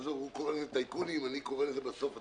הוא קורא לזה טייקונים, אני קורא בסוף לתוצאות,